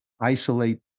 isolate